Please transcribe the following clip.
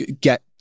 get